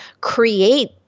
create